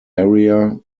area